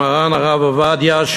עם מרן הרב עובדיה,